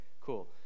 cool